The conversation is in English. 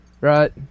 right